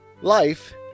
Life